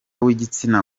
w’igitsina